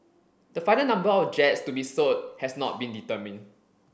the final number of jets to be sold has not been determined